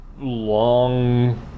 long